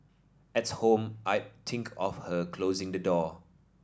at home I'd think of her closing the door